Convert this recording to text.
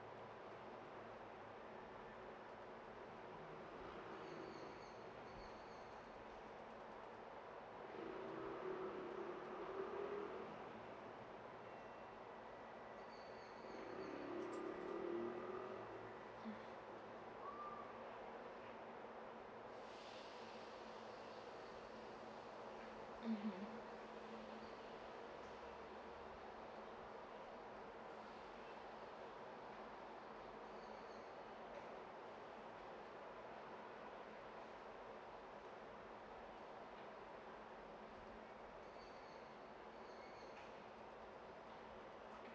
mmhmm